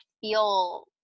feel